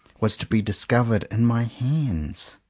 was to be discovered in my hands.